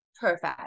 perfect